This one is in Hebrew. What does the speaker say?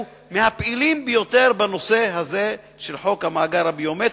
פעילים ביותר בנושא הזה של חוק המאגר הביומטרי,